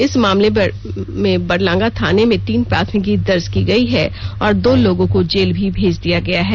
इस मामले में बरलंगा थाने में तीन प्राथमिकी दर्ज की गई है और दो लोगों को जेल भी भेज दिया गया है